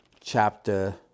chapter